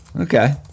Okay